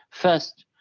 first,